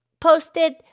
posted